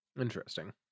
Interesting